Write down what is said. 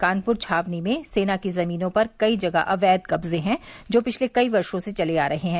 कानपुर छावनी में सेना की जमीनों पर कई जगह अवैध कब्जे हैं जो पिछले कई वर्षो से चले आ रहे है